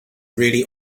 really